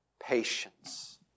patience